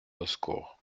hossegor